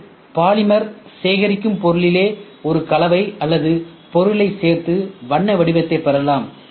இன்று பாலிமர் சேகரிக்கும் பொருளிலே ஒரு கலவை அல்லது பொருள்களைச் சேர்த்து வண்ண வடிவத்தைப் பெறலாம்